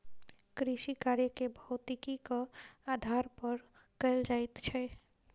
कृषिकार्य के भौतिकीक आधार पर कयल जाइत छै